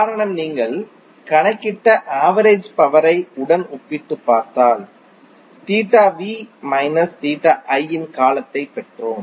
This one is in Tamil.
காரணம் நீங்கள் கணக்கிட்ட ஆவரேஜ் பவர் ய உடன் ஒப்பிட்டுப் பார்த்தால் theta v minus theta i இன் காலத்தைப் பெற்றோம்